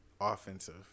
offensive